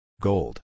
Gold